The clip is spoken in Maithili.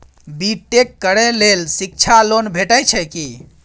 बी टेक करै लेल शिक्षा लोन भेटय छै की?